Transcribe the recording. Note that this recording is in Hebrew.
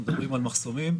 אנחנו מדברים על מחסומים.